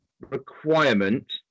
requirement